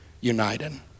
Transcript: united